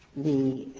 the